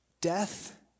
Death